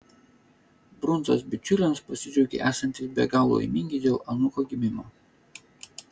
brundzos bičiuliams pasidžiaugė esantys be galo laimingi dėl anūko gimimo